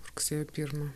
rugsėjo pirmą